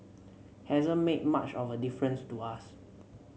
hasn't made much of a difference to us